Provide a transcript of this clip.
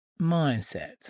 mindset